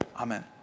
Amen